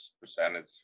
percentage